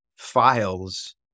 files